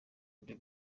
nibyo